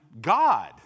God